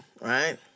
right